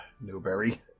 Newberry